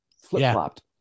flip-flopped